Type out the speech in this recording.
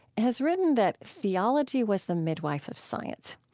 has written that theology was the midwife of science.